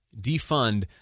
defund